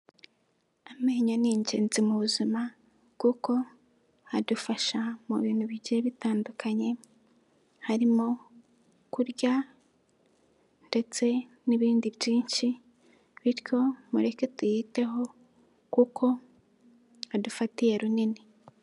Amenyo ni ingenzi mu buzima kuko adufasha mu bintu bigiye bitandukanye, harimo kurya ndetse n'ibindi byinshi bityo mureke tuyiteho kuko adufatiye runini.